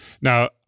now